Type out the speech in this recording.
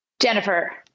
Jennifer